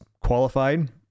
qualified